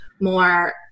more